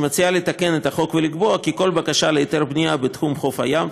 שמציעה לתקן את החוק ולקבוע כי כל בקשה להיתר בנייה בתחום חוף הים,